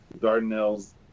dardanelles